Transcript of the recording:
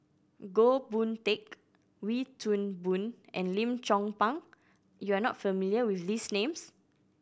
Goh Boon Teck Wee Toon Boon and Lim Chong Pang you are not familiar with these names